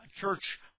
church